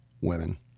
women